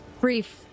brief